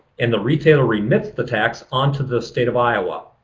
and the retailer remits the tax onto the state of iowa.